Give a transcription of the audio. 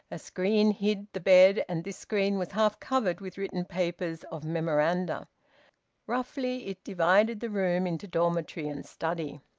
a screen hid the bed, and this screen was half covered with written papers of memoranda roughly, it divided the room into dormitory and study.